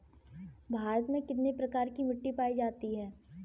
भारत में कितने प्रकार की मिट्टी पाई जाती है?